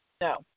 No